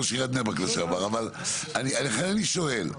לכן אני שואל,